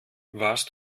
warst